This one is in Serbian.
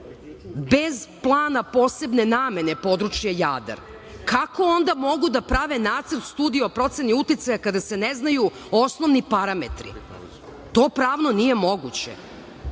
bez plana posebne namene područja Jadar. Kako onda mogu da prave nacrt studije o proceni uticaja kada se ne znaju osnovni parametri? To pravno nije moguće. Takođe,